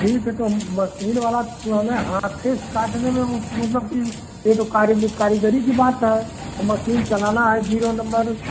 ठीक है तो मसीन वाला वह हमें हाथ ही से काटने में मतलब कि यह तो कारीली कारीगरी की बात है मसीन चलना है ज़ीरो नंबर